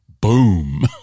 Boom